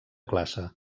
classe